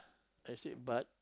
I said but